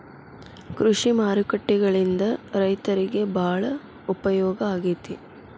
ಕೃಷಿ ಮಾರುಕಟ್ಟೆಗಳಿಂದ ರೈತರಿಗೆ ಬಾಳ ಉಪಯೋಗ ಆಗೆತಿ